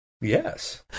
Yes